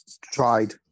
tried